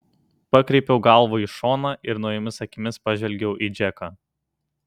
pakreipiau galvą į šoną ir naujomis akimis pažvelgiau į džeką